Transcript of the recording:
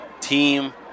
team